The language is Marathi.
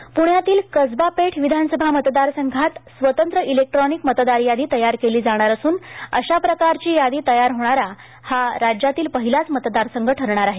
प्ण्यातील कसबा पेठ विधानसभा मतदार संघात स्वतंत्र इलेक्ट्रॉनिक मतदार यादी तयार केली जाणार असून अशा प्रकारची यादी तयार होणारा हा राज्यातील पहिलाच मतदारसंघ ठरणार आहे